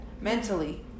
mentally